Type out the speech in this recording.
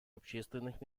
общественных